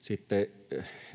sitten,